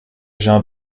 jean